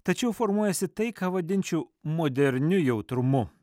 tačiau formuojasi tai ką vadinčiau moderniu jautrumu